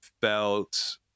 felt